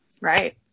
Right